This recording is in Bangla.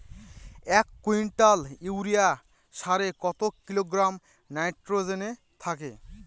এক কুইন্টাল ইউরিয়া সারে কত কিলোগ্রাম নাইট্রোজেন থাকে?